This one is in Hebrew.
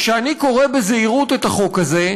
כשאני קורא בזהירות את החוק הזה,